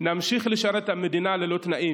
נמשיך לשרת את המדינה ללא תנאים,